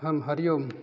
आं हरिः ओम्